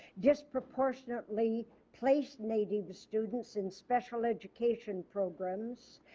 disproportionately placed native students in special education programs,